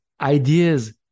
ideas